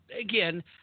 again